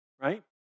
right